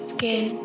Skin